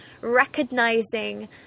recognizing